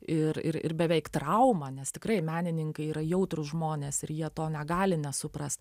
ir ir beveik traumą nes tikrai menininkai yra jautrūs žmonės ir jie to negali nesuprast